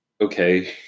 okay